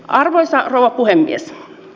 arvoisa rouva puhemies